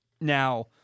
Now